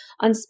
on